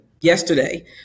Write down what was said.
Yesterday